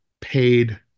paid